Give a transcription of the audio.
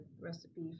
recipe